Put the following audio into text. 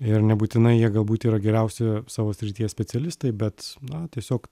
ir nebūtinai jie galbūt yra geriausi savo srities specialistai bet na tiesiog